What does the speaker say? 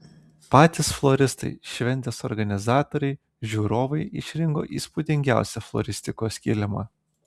patys floristai šventės organizatoriai žiūrovai išrinko įspūdingiausią floristikos kilimą